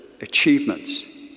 achievements